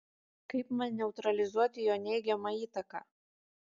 kaip man neutralizuoti jo neigiamą įtaką